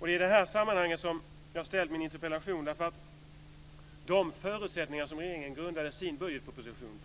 Det är i det här sammanhanget som jag har ställt min interpellation. De förutsättningar som regeringen grundade sin budgetproposition